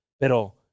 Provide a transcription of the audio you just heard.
Pero